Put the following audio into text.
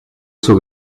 zur